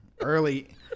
early